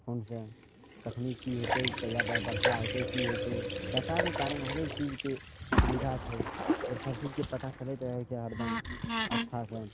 फोनसे कखनी की हेतै कहिया बर्फ बरसा हेतै की हेतै डाटाके कारण हरेक चीजके सुविधा छै आओर सभचीजके पता चलैत रहै छै हरदम अच्छा से